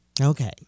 Okay